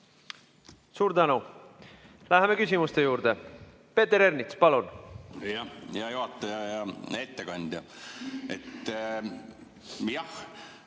Suur tänu! Läheme küsimuste juurde. Peeter Ernits, palun! Hea juhataja! Hea ettekandja! Jah,